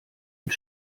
und